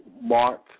Mark